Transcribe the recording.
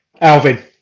Alvin